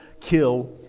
kill